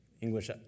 English